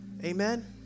Amen